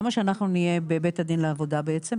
למה שאנחנו נהיה בבית הדין לעבודה בעצם?